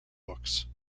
books